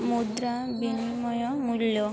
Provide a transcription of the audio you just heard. ମୁଦ୍ରା ବିନିମୟ ମୂଲ୍ୟ